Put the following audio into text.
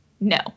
no